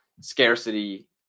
scarcity